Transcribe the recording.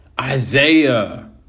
Isaiah